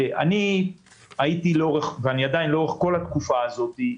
לאורך כל התקופה הזאת,